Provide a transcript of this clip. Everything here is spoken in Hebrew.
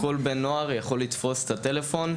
כל בן נוער יכול לתפוס את הטלפון,